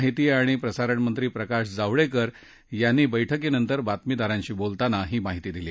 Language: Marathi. माहिती आणि प्रसारणमंत्री प्रकाश जावडेकर यांनी बैठकीनंतर बातमीदारांशी बोलताना ही माहिती दिली